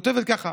היא כותבת ככה